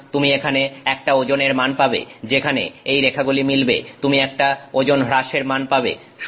সুতরাং তুমি এখানে একটা ওজন এর মান পাবে যেখানে এই রেখাগুলি মিলবে তুমি একটা ওজন হ্রাস এর মান পাবে